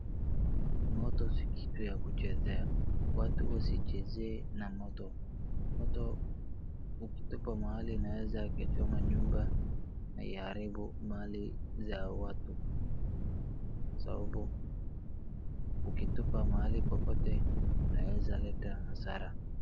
Moto si kitu ya kuchezea. Watu wasichezee na moto. Moto ukitupa mahali inaeza ikachoma nyumba na iharibu mali za watu. Kwa sababu, ukitupa mahali popote inaeza leta hasara.